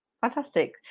Fantastic